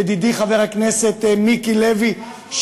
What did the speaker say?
ידידי חבר הכנסת מיקי לוי,